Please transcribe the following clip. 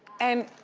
and.